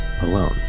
alone